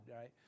Right